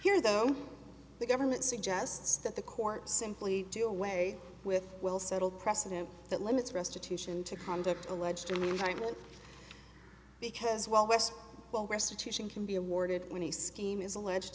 here though the government suggests that the court simply do away with will settle precedent that limits restitution to conduct alleged are meaningless because while west will restitution can be awarded when he scheme is alleged